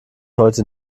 heute